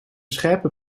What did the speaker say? scherpe